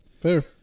Fair